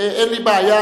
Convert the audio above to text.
אין לי בעיה.